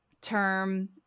term